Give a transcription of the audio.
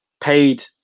paid